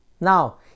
now